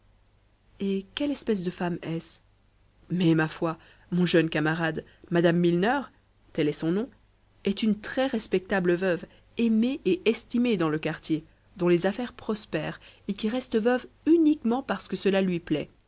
et quelle espèce de femme est-ce mais ma foi mon jeune camarade mme milner tel est son nom est une très-respectable veuve aimée et estimée dans le quartier dont les affaires prospèrent et qui reste veuve uniquement parce que cela lui plaît